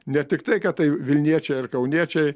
ne tiktai tai vilniečiai ar kauniečiai